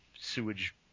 sewage